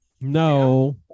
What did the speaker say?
No